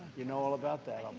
you know all about that.